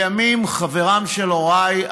לימים חברם של הוריי,